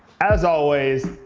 as always,